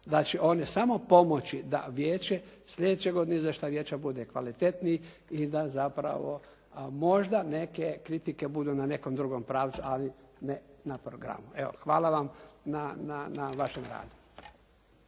da će one samo pomoći da vijeće sljedeće godine bude izvještaj vijeća bude kvalitetniji i da zapravo možda neke kritike budu na nekom drugom pravcu ne na programu. Evo hvala vam na vašem radu.